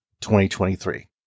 2023